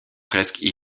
presque